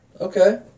Okay